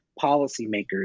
policymakers